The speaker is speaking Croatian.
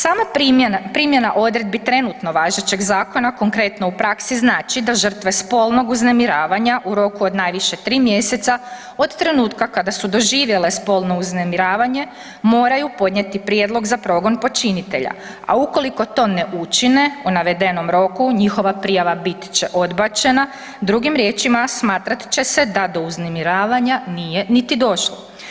Sama primjena odredbi trenutno važećeg zakona konkretno u praksi znači da žrtve spolnog uznemiravanja u roku od najviše 3 mjeseca od trenutka kada su doživjele spolno uznemiravanje moraju podnijeti prijedlog za progon počinitelja, a ukoliko to ne učine u navedenom roku njihova prijava bit će odbačena, drugim riječima smatrate će se da do uznemiravanja nije nit došlo.